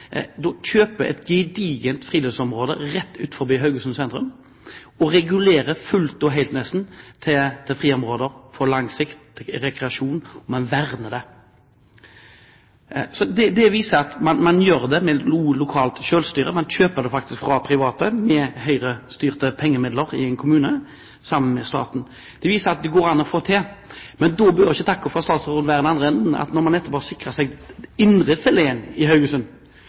kjøper et gedigent friluftsområde rett utenfor Haugesund sentrum, og regulerer det nesten fullt og helt til friområder til langsiktig rekreasjon. Man verner det. Det viser at man gjør det med noe lokalt selvstyre – man kjøper det faktisk fra private, med høyrestyrte pengemidler i en kommune, sammen med staten. Det viser at det går an å få det til. Men da bør ikke takken fra statsråden i den andre enden – etter at man nettopp har sikret seg indrefileten i Haugesund